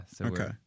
Okay